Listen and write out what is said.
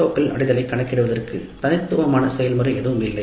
ஓக்களின் அடையலைக் கணக்கிடுவதற்கு தனித்துவமான செயல்முறை எதுவும் இல்லை